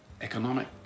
economic